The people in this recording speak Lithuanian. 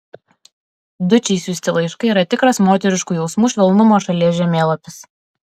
dučei siųsti laiškai yra tikras moteriškų jausmų švelnumo šalies žemėlapis